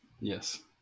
Yes